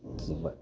से बात